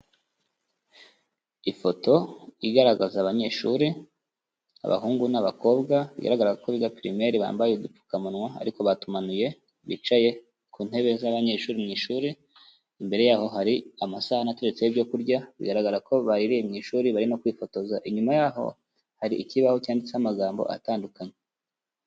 Ifoto igaragaza abanyeshuri, abahungu n'abakobwa bigaragaza ko biga pirimeri bambaye udupfukamunwa ariko batumanuye, bicaye ku ntebe z'abanyeshuri mu ishuri, imbere yaho hari amasahani ateretseho ibyo kurya, bigaragara ko baririye mu ishuri barimo kwifotoza inyuma yaho hari ikibaho cyanditse amagambo atandukanye.